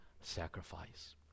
sacrifice